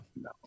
no